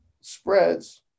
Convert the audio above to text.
spreads